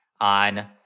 on